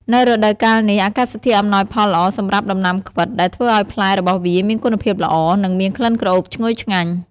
នៅរដូវកាលនេះ អាកាសធាតុអំណោយផលល្អសម្រាប់ដំណាំខ្វិត ដែលធ្វើឲ្យផ្លែរបស់វាមានគុណភាពល្អ និងមានក្លិនក្រអូបឈ្ងុយឆ្ងាញ់។